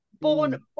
born